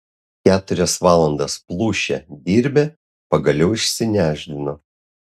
keturias valandas plušę dirbę pagaliau išsinešdino